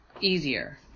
easier